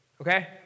okay